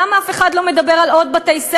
למה אף אחד לא מדבר על עוד בתי-ספר,